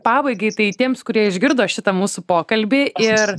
pabaigai tai tiems kurie išgirdo šitą mūsų pokalbį ir